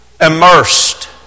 Immersed